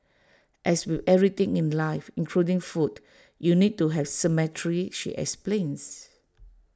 as with everything in life including food you need to have symmetry she explains